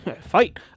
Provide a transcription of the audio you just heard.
Fight